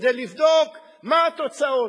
לבדוק מה התוצאות.